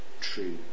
true